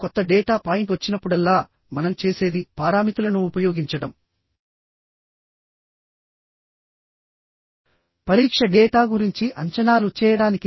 ఇప్పుడు ఒక్కొక్క మెంబర్ యొక్క డిజైన్ గురించి చూద్దాం